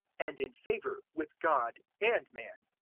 and in favour with god and man.